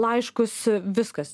laiškus viskas